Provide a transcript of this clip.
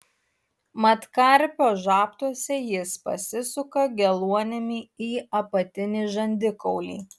mat karpio žabtuose jis pasisuka geluonimi į apatinį žandikaulį